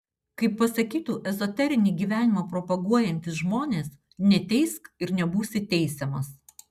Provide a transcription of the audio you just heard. kaip pasakytų ezoterinį gyvenimą propaguojantys žmonės neteisk ir nebūsi teisiamas